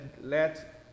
let